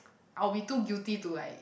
I'll be too guilty to like